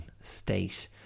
State